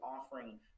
offering